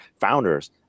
founders